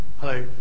Hello